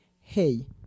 hey